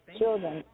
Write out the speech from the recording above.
children